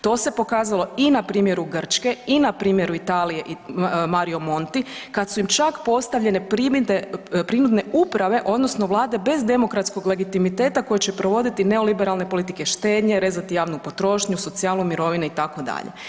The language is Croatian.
To se pokazalo i na primjeru Grčke i na primjeru Italije, Mario Monti, kad su im čak postavljene prinudne uprave odnosno vlade bez demokratskog legitimiteta koje će provoditi neoliberalne politike štednje, rezati javnu potrošnju, socijalu, mirovine itd.